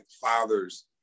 fathers